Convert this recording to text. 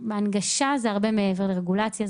הנגשה זה הרבה מעבר לרגולציה,